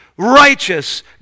righteous